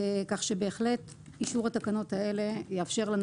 כך שבהחלט אישור התקנות האלה יאפשר לנו